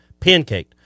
pancaked